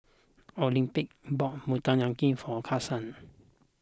Olympia bought Motoyaki for Carson